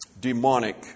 demonic